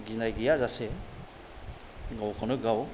गिनाय गैया जासे गावखौनो गाव